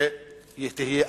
שתהיה אפליה.